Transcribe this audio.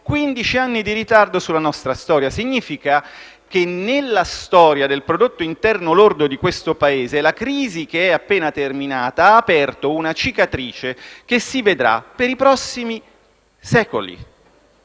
anni di ritardo sulla nostra storia. Significa che, nella storia del prodotto interno lordo di questo Paese, la crisi appena terminata ha aperto una cicatrice che si vedrà per i prossimi secoli,